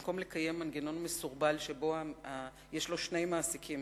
במקום לקיים מנגנון מסורבל שבו יש לו שני מעסיקים,